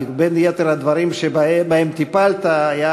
כי בין יתר הדברים שבהם טיפלת היה